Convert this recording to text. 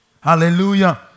Hallelujah